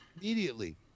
immediately